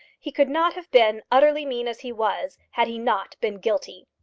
he could not have been utterly mean as he was, had he not been guilty.